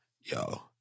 Yo